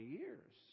years